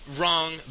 wrong